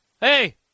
hey